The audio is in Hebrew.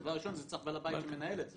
הדבר הראשון זה צריך בעל בית שמנהל את זה.